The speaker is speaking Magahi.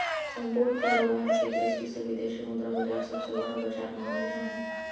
सम्पूर्ण कारोबार के दृष्टि से विदेशी मुद्रा बाजार सबसे बड़ा बाजार मानल जा हय